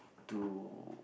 to